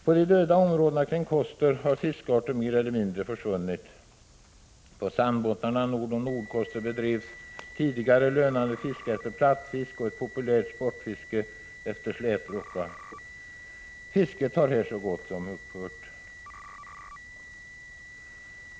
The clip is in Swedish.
På de döda områdena kring Koster har fiskarter mer eller mindre försvunnit. På sandbottnarna norr om Nordkoster bedrevs tidigare lönande fiske efter plattfisk och ett populärt sportfiske efter slätrocka. Fisket har här så gott som upphört.